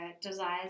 desires